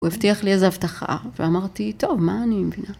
הוא הבטיח לי איזו הבטחה, ואמרתי, טוב, מה אני מבינה?